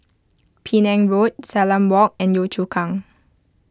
Penang Road Salam Walk and Yio Chu Kang